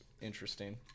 interesting